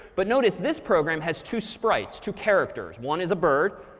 but notice this program has two sprites, two characters. one is a bird.